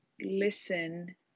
listen